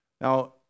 Now